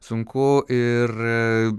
sunku ir